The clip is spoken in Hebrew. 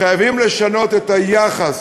חייבים לשנות את היחס